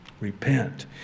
Repent